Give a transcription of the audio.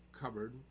cupboard